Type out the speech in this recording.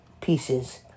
pieces